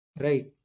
Right